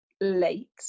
late